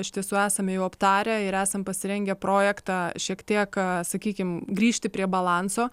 iš tiesų esame jau aptarę ir esam pasirengę projektą šiek tiek sakykim grįžti prie balanso